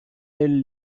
elle